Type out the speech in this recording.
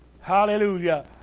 Hallelujah